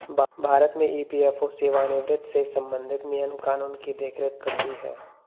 भारत में ई.पी.एफ.ओ सेवानिवृत्त से संबंधित नियम कानून की देख रेख करती हैं